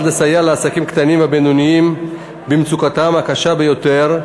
לסייע לעסקים קטנים ובינוניים במצוקתם הקשה ביותר,